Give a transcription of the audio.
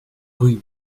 rue